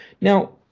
Now